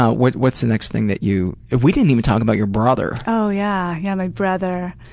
ah what's what's the next thing that you we didn't even talk about your brother. oh yeah, yeah my brother.